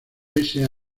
ese